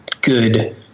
good